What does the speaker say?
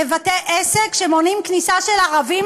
למשל לבתי-עסק שמונעים כניסה של ערבים,